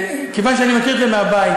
כיוון שאני מכיר את זה מהבית,